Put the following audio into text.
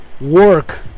work